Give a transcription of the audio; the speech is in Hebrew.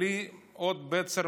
בלי הוד בצר,